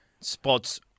spots